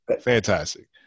fantastic